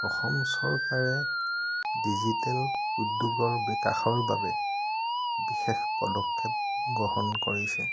অসম চৰকাৰে ডিজিটেল উদ্যোগৰ বিকাশৰ বাবে বিশেষ পদক্ষেপ গ্ৰহণ কৰিছে